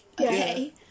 Okay